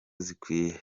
zikwiye